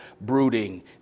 brooding